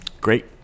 great